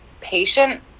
patient